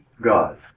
God